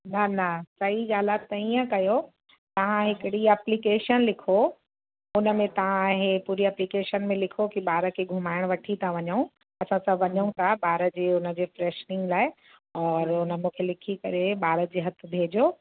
न न सई ॻाल्हि आहे त ईंअ कयो तव्हां हिकिड़ी एप्लीकेशन लिखो उनमें तव्हां हे पूरी एप्लीकेशन में लिखो की ॿार खे घुमाएण वठी था वञूं असां सभु वञूं था ॿार जे हुनजे फ़्रेशनिंग जे लाइ और उनमें लिखी करे ॿार जे हथ भेजो